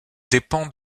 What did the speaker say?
dépend